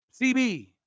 CB